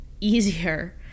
easier